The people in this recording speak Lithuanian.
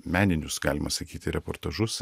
meninius galima sakyti reportažus